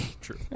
True